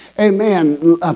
Amen